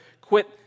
quit